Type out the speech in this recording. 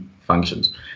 functions